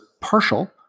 partial